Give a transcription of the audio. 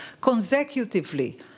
Consecutively